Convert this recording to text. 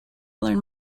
learn